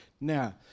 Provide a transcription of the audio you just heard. Now